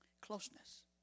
Closeness